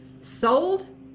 Sold